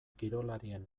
kirolarien